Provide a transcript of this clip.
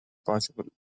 possible